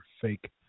fake